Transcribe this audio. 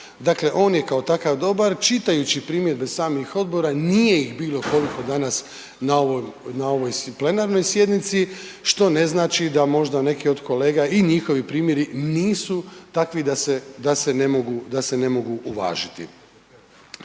dakle on je kao takav dobar. Čitajući primjedbe samih odbora, nije ih bilo koliko danas na ovoj plenarnoj sjednici, što ne znači da možda neke od kolega i njihovi primjeri nisu takvi da se ne mogu uvažiti.